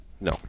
No